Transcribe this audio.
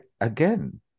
again